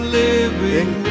living